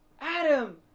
Adam